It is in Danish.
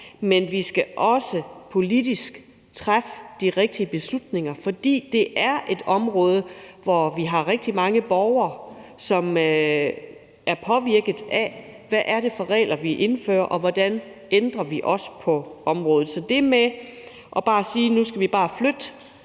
men vi skal også politisk træffe de rigtige beslutninger, for det er et område, hvor vi har rigtig mange borgere, som er påvirket af, hvad det er for regler, vi indfører, og hvilke ændringer vi foretager på området. Så det med bare at sige, at nu skal vi bare flytte